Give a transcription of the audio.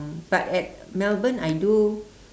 but at melbourne I do